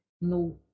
no